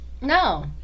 No